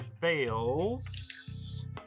fails